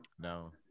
No